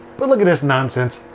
but look at this nonsense.